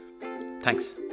Thanks